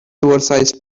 oversized